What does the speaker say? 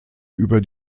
über